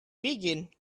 begin